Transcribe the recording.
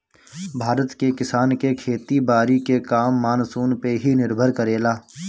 भारत के किसान के खेती बारी के काम मानसून पे ही निर्भर करेला